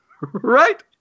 right